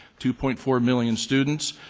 two point four million students.